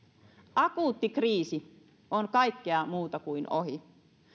akuutti kriisi on kaikkea muuta kuin ohi